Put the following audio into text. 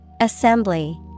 Assembly